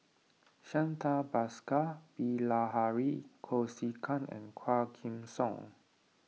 Santha Bhaskar Bilahari Kausikan and Quah Kim Song